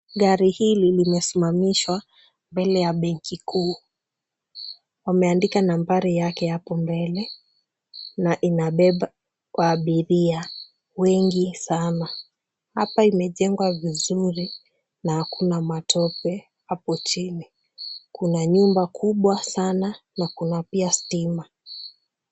Gari hili limesimamishwa mbele ya benki kuu. Wameandika nambari yake hapo mbele na inabeba abiria wengi sana. Hapa imejengwa vizuri na hakuna matope hapo chini. Kuna nyumba kubwa sana na kuna pia stima.